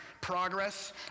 progress